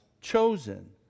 chosen